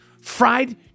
fried